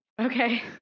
Okay